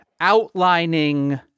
outlining